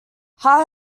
hart